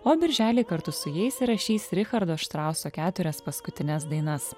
o birželį kartu su jais įrašys richardo štrauso keturias paskutines dainas